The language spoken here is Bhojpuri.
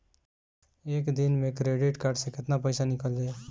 एक दिन मे क्रेडिट कार्ड से कितना पैसा निकल जाई?